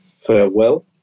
farewell